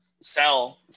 sell